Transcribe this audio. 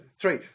three